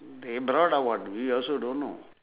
they brought or what we also don't know